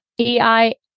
EI